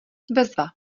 bezva